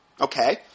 Okay